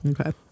Okay